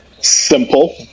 simple